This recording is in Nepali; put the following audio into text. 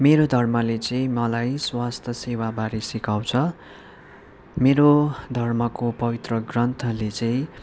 मेरो धर्मले चाहिँ मलाई स्वास्थ्य सेवाबारे सिकाउँछ मेरो धर्मको पवित्र ग्रन्थले चाहिँ